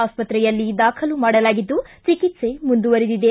ಆಸ್ವತ್ರೆಯಲ್ಲಿ ದಾಖಲು ಮಾಡಲಾಗಿದ್ದು ಚಿಕಿತ್ಸೆ ಮುಂದುವರಿದಿದೆ